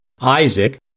Isaac